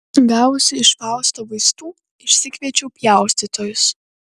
gavusi iš fausto vaistų išsikviečiau pjaustytojus